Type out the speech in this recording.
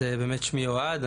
אז באמת שמי אוהד,